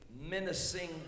menacing